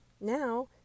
Now